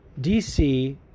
DC